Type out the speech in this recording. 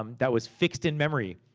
um that was fixed in memory,